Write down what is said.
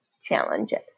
challenges